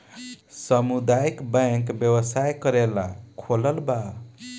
सामुदायक बैंक व्यवसाय करेला खोलाल बा